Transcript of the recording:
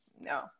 no